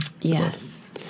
yes